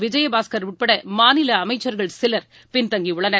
விஜயபாஸ்கர் உட்பட மாநில அமைச்சர்கள் சிலர் பின்தங்கியுள்ளனர்